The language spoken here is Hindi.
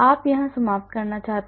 आप यहाँ समाप्त करना चाहते हैं